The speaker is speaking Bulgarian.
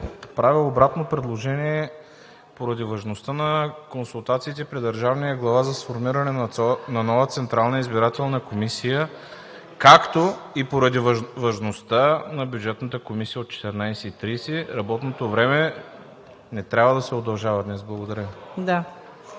правя обратно предложение. Поради важността на консултациите при държавния глава за сформиране на нова Централна избирателна комисия, както и поради важността на Бюджетната комисия от 14,30 ч., работното време не трябва да се удължава днес. Благодаря.